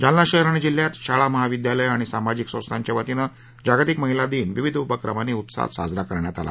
जालना शहर आणि जिल्ह्यात शाळा महाविद्यालये आणि सामाजिक संस्थांच्या वतीनं जागतिक महिला दिन विविध उपक्रमांनी उत्साहात साजरा करण्यात आला